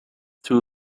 too